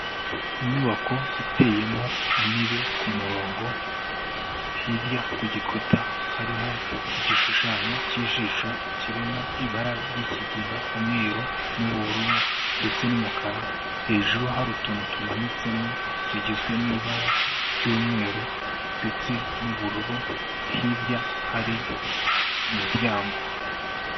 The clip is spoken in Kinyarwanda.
Inyubako iteyemo intebe ku murongo, hirya ku gikuta hariho igishushanyo cy'ijisho kirimo ibara ry'ikigina, umweru n'ubururu ndetse n'umukara, hejuru hari utuntu tumanitsemo, tugizwe n'ibara ry'umweru ndetse n'ubururu, hirya hari umuryango.